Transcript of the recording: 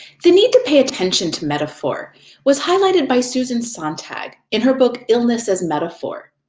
the need to pay attention to metaphor was highlighted by susan sontag, in her book illness as metaphor.